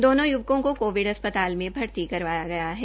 दोनों य्वकों को कोविड अस्पताल में भर्ती करवाया गया है